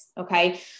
okay